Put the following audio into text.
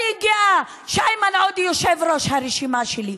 אני גאה שאיימן עודה הוא יושב-ראש הרשימה שלי,